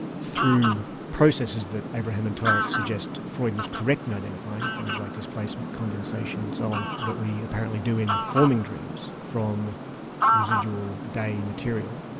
through processes that abraham and torok suggest freud was correct in identifying, things like displacement, condensation and so on, that we apparently do in forming dreams from residual day material,